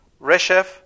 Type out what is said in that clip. Reshef